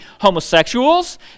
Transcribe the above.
homosexuals